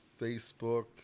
Facebook